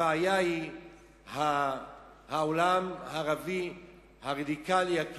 הבעיה היא העולם הערבי הרדיקלי, הקיצוני,